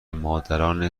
مادران